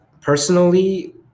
personally